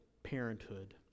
parenthood